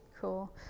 cool